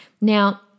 Now